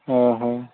ହଁ ହଁ